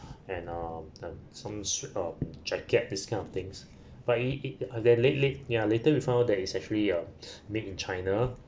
and um uh some sweat uh jacket this kind of things but it it they're late late near later we found there is actually uh made in china